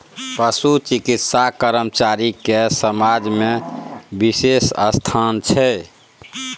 पशु चिकित्सा कर्मचारी के समाज में बिशेष स्थान छै